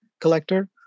collector